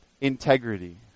integrity